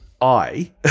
I-